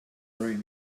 train